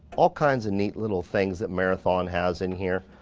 all kinds of neat little things that marathon has in here.